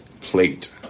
plate